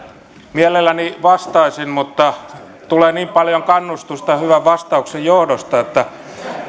mielelläni vastaisin mutta tulee niin paljon kannustusta hyvän vastauksen johdosta että